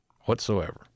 whatsoever